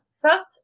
First